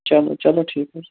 چَلو چَلو ٹھیٖک حظ چھُ